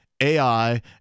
AI